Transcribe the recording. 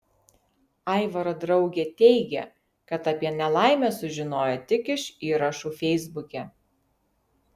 aivaro draugė teigia kad apie nelaimę sužinojo tik iš įrašų feisbuke